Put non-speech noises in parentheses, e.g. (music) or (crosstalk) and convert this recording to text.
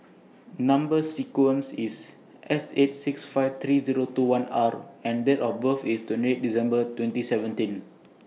Number sequence IS S eight six five three Zero two one R (unintelligible) and Date of birth IS twenty eight December twenty seventeen